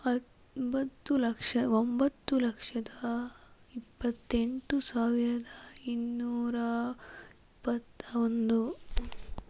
ಹತ್ತು ಒಂಬತ್ತು ಲಕ್ಷ ಒಂಬತ್ತು ಲಕ್ಷದ ಇಪ್ಪತ್ತೆಂಟು ಸಾವಿರದ ಇನ್ನೂರ ಇಪ್ಪತ್ತ ಒಂದು